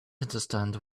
understand